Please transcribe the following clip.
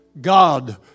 God